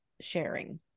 sharing